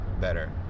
better